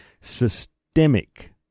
Systemic